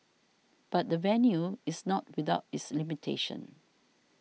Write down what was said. but the venue is not without its limitations